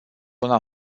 una